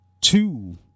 two